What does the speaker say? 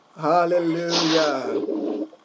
Hallelujah